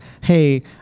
hey